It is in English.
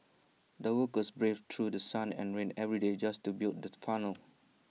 the workers braved through sun and rain every day just to build the tunnel